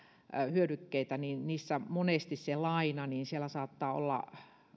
hyödykkeitä niin niissä monesti se laina saattaa olla